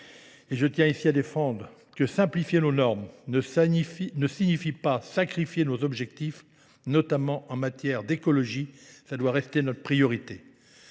je tiens ici à défendre que simplifier nos normes ne signifie pas sacrifier nos objectifs, notamment en matière d'écologie, ça doit rester notre priorité.